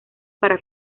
para